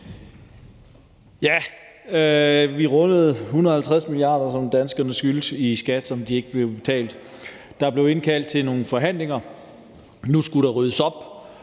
Vi rundede 150 mia. kr., som danskerne skyldte i skat – penge, som ikke blev betalt. Der blev indkaldt til nogle forhandlinger. Nu skulle der ryddes op.